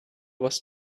was